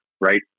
right